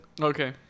Okay